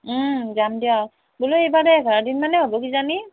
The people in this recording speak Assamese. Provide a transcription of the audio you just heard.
যাম দিয়ক বোলো এইবাৰো এঘাৰ দিন মানে হ'ব কিজানি